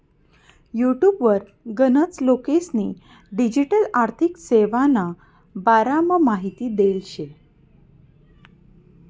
युटुबवर गनच लोकेस्नी डिजीटल आर्थिक सेवाना बारामा माहिती देल शे